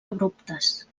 abruptes